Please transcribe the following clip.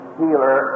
healer